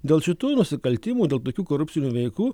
dėl šitų nusikaltimų dėl tokių korupcinių veikų